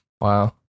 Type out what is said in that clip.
Wow